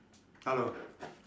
hello